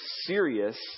serious